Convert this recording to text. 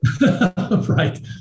Right